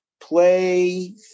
play